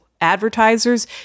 advertisers